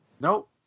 Nope